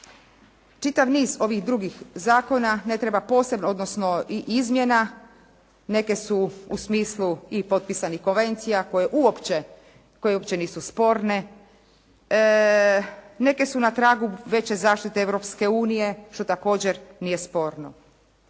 čitav niz ovih drugih zakona ne treba posebno odnosno i izmjena, neke su u smislu i potpisanih konvencija koje uopće nisu sporne. Neke su na tragu veće zaštite Europske unije što također nije sporno.